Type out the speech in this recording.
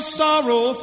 sorrow